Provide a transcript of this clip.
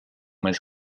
was